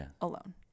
alone